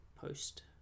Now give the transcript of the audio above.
post